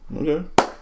Okay